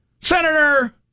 Senator